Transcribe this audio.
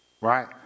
right